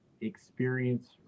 experience